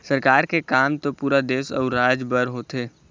सरकार के काम तो पुरा देश अउ राज बर होथे